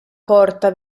porta